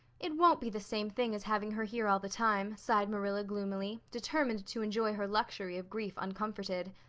it won't be the same thing as having her here all the time, sighed marilla gloomily, determined to enjoy her luxury of grief uncomforted.